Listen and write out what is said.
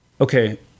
Okay